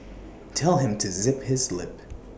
tell him to zip his lip